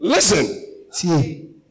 Listen